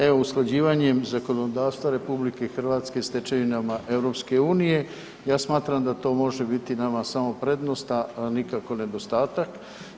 Evo usklađivanjem zakonodavstva RH s tečevinama EU ja smatram da to može biti nama samo prednost, a nikako nedostatak.